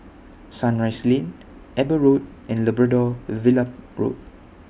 Sunrise Lane Eber Road and Labrador Villa Road